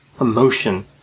emotion